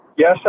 Yes